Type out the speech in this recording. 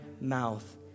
mouth